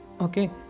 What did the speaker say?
okay